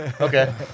Okay